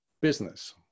business